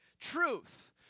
Truth